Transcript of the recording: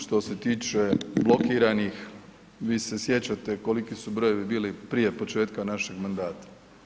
Što se tiče blokiranih, vi se sjećate koliki su brojevi bili prije početka našeg mandata.